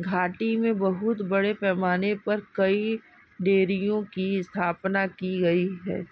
घाटी में बहुत बड़े पैमाने पर कई डेयरियों की स्थापना की गई है